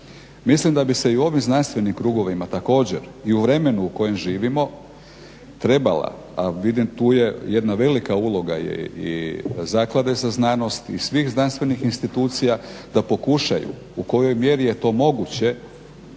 Mislim da bi se i u ovim znanstvenim krugovima također i u vremenu u kojem živimo trebala, a vidim tu je jedna velika uloga i Zaklade za znanost i svih znanstvenih institucija da pokušaju u kojoj mjeri je to moguće,